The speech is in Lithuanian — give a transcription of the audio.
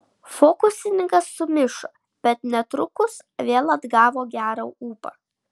fokusininkas sumišo bet netrukus vėl atgavo gerą ūpą